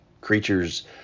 creatures